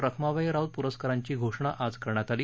रखमाबाई राऊत पुरस्कारांची घोषणा आज करण्यात आली